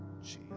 Jesus